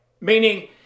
meaning